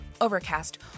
Overcast